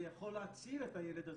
זה יכול להציל את הילד הזה,